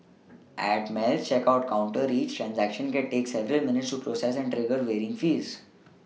at Melt's checkout counter each transaction can take several minutes to process and trigger varying fees